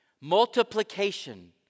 Multiplication